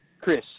Chris